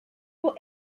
were